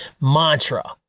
mantra